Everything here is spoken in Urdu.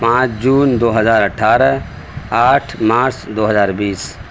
پانچ جون دو ہزار اٹھارہ آٹھ مارچ دو ہزار بیس